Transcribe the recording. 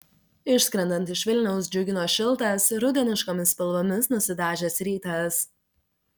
išskrendant iš vilniaus džiugino šiltas rudeniškomis spalvomis nusidažęs rytas